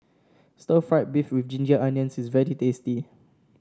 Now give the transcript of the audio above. Stir Fried Beef with Ginger Onions is very tasty